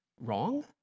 wrong